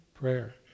prayer